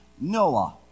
Noah